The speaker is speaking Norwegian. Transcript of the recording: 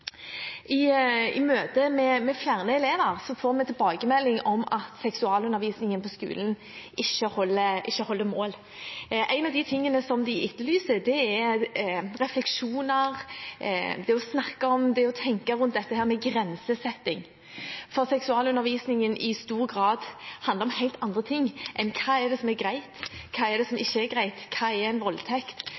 I møte med flere elever får vi tilbakemelding om at seksualundervisningen på skolen ikke holder mål. En av de tingene de etterlyser, er refleksjoner, det å snakke om, det å tenke rundt dette med grensesetting. Seksualundervisningen handler i stor grad om helt andre ting enn hva som er greit, hva som ikke er greit, hva er en voldtekt,